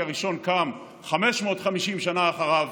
כי הראשון קם 550 שנה אחריו,